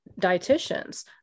dietitians